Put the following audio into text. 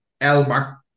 Elmer